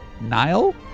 Nile